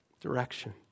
direction